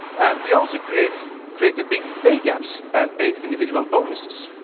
and we also created created big pay gaps and paid individual bonuses,